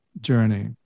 journey